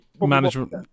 management